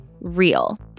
real